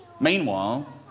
Meanwhile